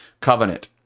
covenant